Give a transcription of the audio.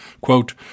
Quote